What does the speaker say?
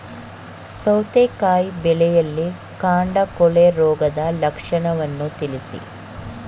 ಸೌತೆಕಾಯಿ ಬೆಳೆಯಲ್ಲಿ ಕಾಂಡ ಕೊಳೆ ರೋಗದ ಲಕ್ಷಣವನ್ನು ತಿಳಿಸಿ?